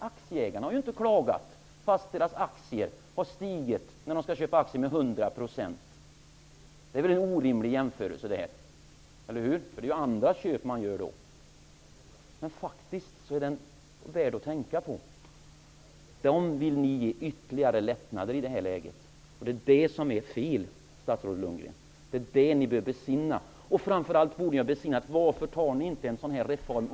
Aktieägarna klagar inte när deras aktier stiger med Detta är förstås en orimlig jämförelse, eftersom det är fråga om olika typer av köp, men den är faktiskt värd att tänka på. Det är fel att ge denna kategori ytterligare lättnader i det här läget, statsrådet, och det bör ni besinna. Framför allt borde ni försöka nå enighet inför en sådan reform.